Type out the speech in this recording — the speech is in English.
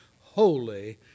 holy